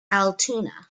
altoona